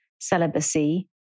celibacy